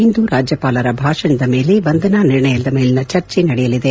ಇಂದು ರಾಜ್ಲಪಾಲರ ಭಾಷಣದ ವಂದನಾ ನಿರ್ಣಯದ ಮೇಲೆ ಚರ್ಚೆ ನಡೆಯಲಿದೆ